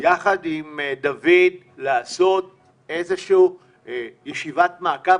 יחד עם דוד לעשות איזה שהיא ישיבת מעקב,